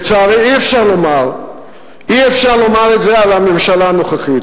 לצערי, אי-אפשר לומר את זה על הממשלה הנוכחית.